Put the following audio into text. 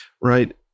Right